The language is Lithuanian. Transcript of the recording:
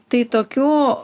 tai tokių